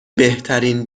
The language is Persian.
بهترین